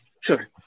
Sure